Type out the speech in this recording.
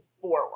forward